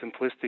simplistic